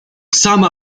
sama